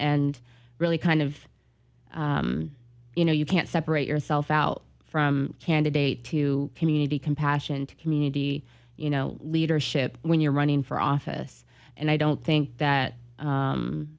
and really kind of you know you can't separate yourself out from candidate to community compassion to community you know leadership when you're running for office and i don't think that